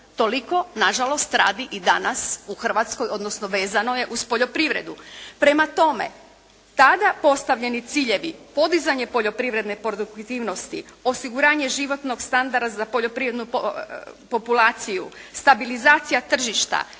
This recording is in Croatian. Toliko nažalost radi i danas u Hrvatskoj odnosno vezano je uz poljoprivredu. Prema tome tada postavljeni ciljevi: podizanje poljoprivredne produktivnosti, osiguranje životnog standarda za poljoprivrednu populaciju, stabilizacija tržišta,